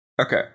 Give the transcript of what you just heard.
Okay